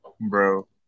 Bro